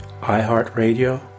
iHeartRadio